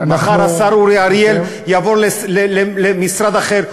מחר השר אורי אריאל יעבור למשרד אחר,